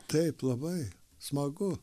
taip labai smagu